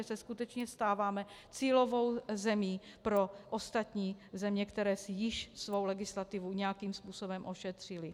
Takže se skutečně stáváme cílovou zemí pro ostatní země, které si již svou legislativu nějakým způsobem ošetřily.